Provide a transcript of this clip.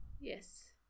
Yes